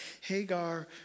Hagar